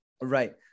Right